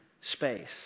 space